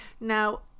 Now